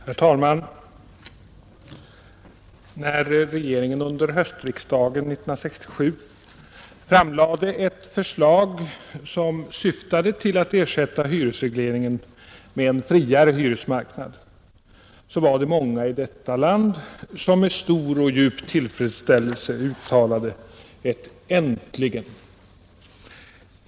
Herr talman! När regeringen under höstriksdagen 1967 framlade ett förslag som syftade till att ersätta hyresregleringen med en friare hyresmarknad var det många i detta land som med stor och djup tillfredsställelse uttalade ett ”äntligen”.